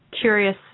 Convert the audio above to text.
curious